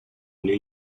new